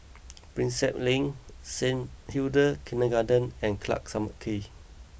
Prinsep Link Saint Hilda's Kindergarten and Clarke some key